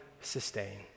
sustain